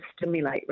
stimulate